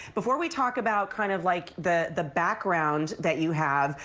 before we talk about kind of like the the background that you have,